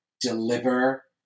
deliver